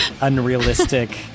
unrealistic